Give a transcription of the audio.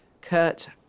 Kurt